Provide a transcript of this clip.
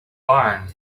barn